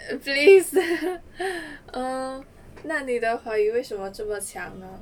please err 那你的华语为什么那么强呢